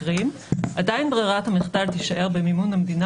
עדיין ברירת המחדל תישאר במימון המדינה